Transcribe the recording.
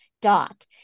dot